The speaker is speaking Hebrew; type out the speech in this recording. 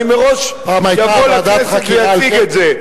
אני מראש אבוא לכנסת ואציג את זה.